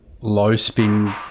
low-spin